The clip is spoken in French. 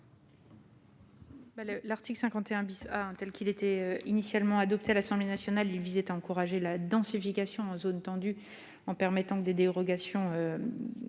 L'article 51 A, tel qu'il a été adopté par l'Assemblée nationale, visait à encourager la densification en zone tendue, en permettant que des dérogations